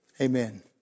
Amen